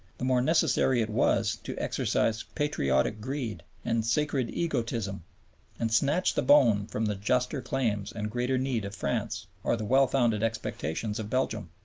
the more necessary it was to exercise patriotic greed and sacred egotism and snatch the bone from the juster claims and greater need of france or the well-founded expectations of belgium.